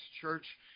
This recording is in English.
church